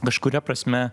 kažkuria prasme